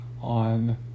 on